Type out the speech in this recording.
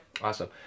awesome